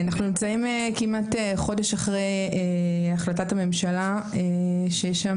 אנחנו נמצאים כמעט חודש אחרי החלטת הממשלה שיש בה